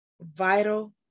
vital